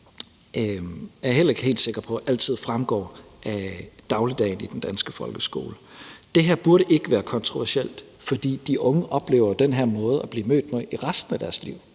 er jeg heller ikke helt sikker på altid fremgår af dagligdagen i den danske folkeskole. Det her burde ikke være kontroversielt, fordi de unge oplever den her måde at blive mødt af i resten af deres liv